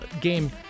game